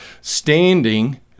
Standing